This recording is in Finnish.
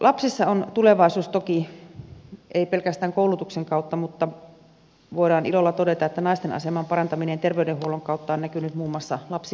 lapsissa on tulevaisuus toki ei pelkästään koulutuksen kautta mutta voidaan ilolla todeta että naisten aseman parantaminen terveydenhuollon kautta on näkynyt muun muassa lapsikuolleisuuden vähenemisenä